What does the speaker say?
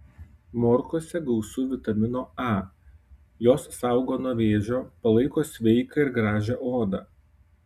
morkose gausu vitamino a jos saugo nuo vėžio palaiko sveiką ir gražią odą